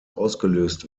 ausgelöst